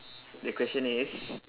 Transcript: the question is